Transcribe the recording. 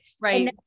Right